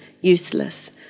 useless